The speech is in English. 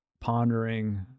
pondering